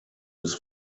his